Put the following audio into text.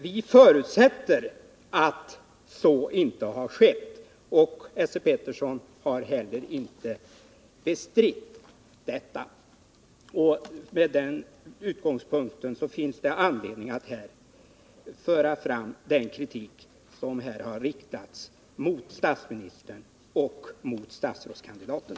Vi förutsätter att så inte har skett, och Esse Petersson har heller inte bestritt detta. Med den utgångspunkten finns det anledning att föra fram den kritik som här har riktats mot statsministern och mot statsrådskandidaten.